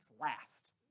last